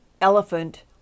elephant